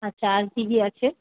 আচ্ছা আর কী কী আছে